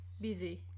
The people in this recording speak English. busy